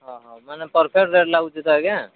ଅ ହଁ ହଁ ମାନେ ପରଫେକ୍ଟ ରେଟ୍ ଲାଗୁଛି ତ ଆଜ୍ଞା